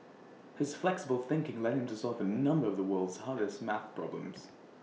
his flexible thinking led him to solve A number of the world's hardest math problems